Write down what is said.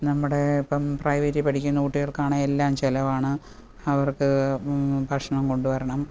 നമ്മുടെ ഇപ്പം പ്രൈവറ്റിൽ പഠിക്കുന്ന കുട്ടികൾക്കാണെങ്കിലെല്ലാം ചിലവാണ് അവർക്ക് ഭക്ഷണം കൊണ്ടുവരണം